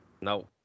No